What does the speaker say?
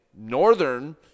Northern